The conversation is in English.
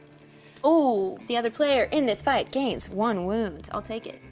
ooh. the other player in this fight gains one wound, i'll take it.